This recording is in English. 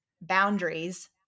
boundaries